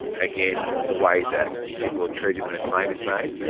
again, the way that people are treated when a claim is made,